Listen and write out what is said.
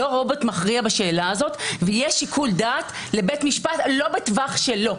לא רובוט מכריע בשאלה הזאת ויש שיקול דעת לבית המשפט לא בטווח שלו,